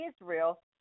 Israel